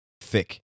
thick